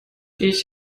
ich